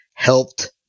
helped